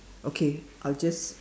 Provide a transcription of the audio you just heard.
okay I'll just